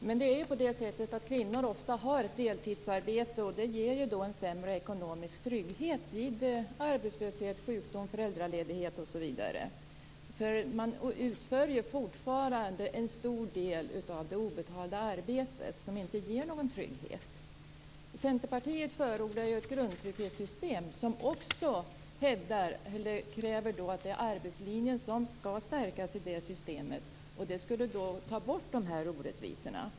Fru talman! Men kvinnor har ofta ett deltidsarbete, och det ger en sämre ekonomisk trygghet vid arbetslöshet, sjukdom, föräldraledighet osv. Man utför ju fortfarande en stor del av det obetalda arbetet, som inte ger någon trygghet. Centerpartiet förordar ett grundtrygghetssystem som också kräver att arbetslinjen skall stärkas. Det skulle ta bort de här orättvisorna.